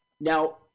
Now